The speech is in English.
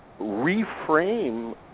reframe